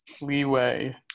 leeway